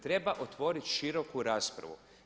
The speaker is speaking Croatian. Treba otvoriti široku raspravu.